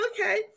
Okay